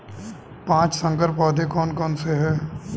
पाँच संकर पौधे कौन से हैं?